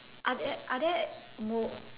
are there are there more